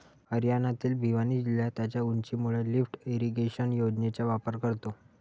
हरियाणातील भिवानी जिल्हा त्याच्या उंचीमुळे लिफ्ट इरिगेशन योजनेचा वापर करतो